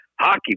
Hockey